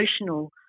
emotional